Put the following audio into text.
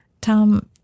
Tom